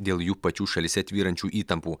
dėl jų pačių šalyse tvyrančių įtampų